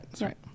right